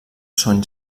són